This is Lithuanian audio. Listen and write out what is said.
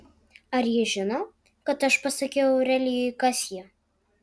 ar ji žino kad aš pasakiau aurelijui kas ji